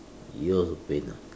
you're the winner